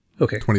okay